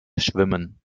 schwimmen